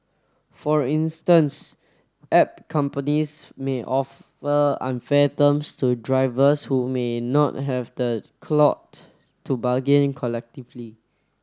for instance app companies may offer unfair terms to drivers who may not have the clout to bargain collectively